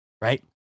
right